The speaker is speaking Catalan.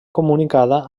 comunicada